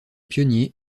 pionnier